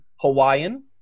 Hawaiian